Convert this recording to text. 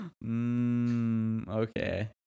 Okay